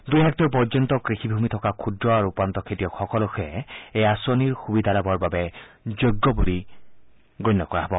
দুই হেক্টৰ পৰ্যন্ত কৃষিভূমি থকা ক্ষুদ্ৰ আৰু উপান্ত খেতিয়কসকলকহে এই আঁচনিৰ সুবিধা লাভৰ বাবে যোগ্য বুলি গণ্য কৰা হ'ব